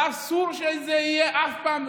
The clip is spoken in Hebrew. ואסור שזה יהיה אף פעם,